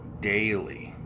daily